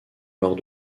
lors